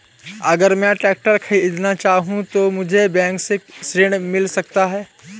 अगर मैं ट्रैक्टर खरीदना चाहूं तो मुझे बैंक से ऋण मिल सकता है?